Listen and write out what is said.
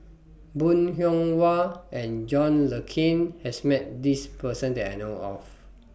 Bong Hiong Hwa and John Le Cain has Met This Person that I know of